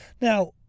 Now